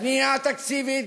בנייה תקציבית,